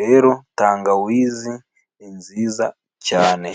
rero tangawizi ni nziza cyane.